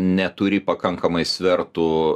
neturi pakankamai svertų